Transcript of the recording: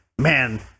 man